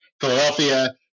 Philadelphia